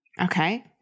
Okay